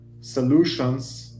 solutions